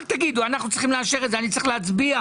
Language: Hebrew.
אני צריך להצביע.